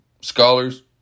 scholars